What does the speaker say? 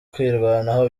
kwirwanaho